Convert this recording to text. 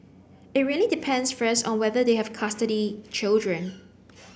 it really depends first on whether they have custody children